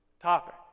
topic